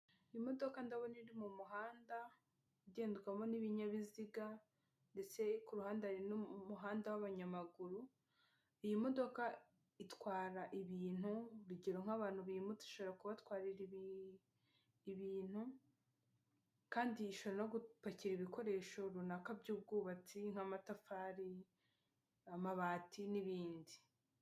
Imodoka ndabona iri mu muhanda, ugendwamo n'ibinyabiziga, ndetse ku ruhande hari n'umuhanda w'abanyamaguru, iyi modoka itwara ibintu urugero nk'abantu bimutse ishobora kubatwarira ibi ibintu, kandi ishobora no gupakira ibikoresho runaka by'ubwubatsi nk'amatafari, amabati n'ibindi.